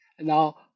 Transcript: Now